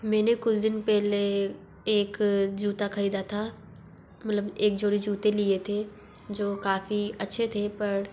मैंने कुछ दिन पहले एक जूता ख़रीदा था मतलब एक जोड़ी जूते लिए थे जो काफ़ी अच्छे थे पर